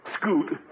Scoot